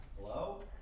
Hello